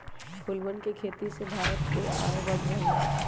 फूलवन के खेती से भारत के आय बढ़ रहले है